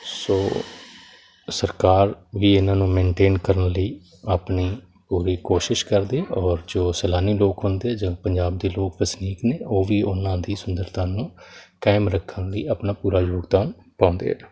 ਸੋ ਸਰਕਾਰ ਵੀ ਇਹਨਾਂ ਨੂੰ ਮੈਨਟੇਨ ਕਰਨ ਲਈ ਆਪਣੀ ਪੂਰੀ ਕੋਸ਼ਿਸ਼ ਕਰਦੀ ਹੈ ਔਰ ਜੋ ਸੈਲਾਨੀ ਲੋਕ ਹੁੰਦੇ ਜੋ ਪੰਜਾਬ ਦੇ ਲੋਕ ਵਸਨੀਕ ਨੇ ਉਹ ਵੀ ਉਹਨਾਂ ਅਤੇ ਸੁੰਦਰਤਾ ਨੂੰ ਕਾਇਮ ਰੱਖਣ ਲਈ ਆਪਣਾ ਪੂਰਾ ਯੋਗਦਾਨ ਪਾਉਂਦੇ ਹੈ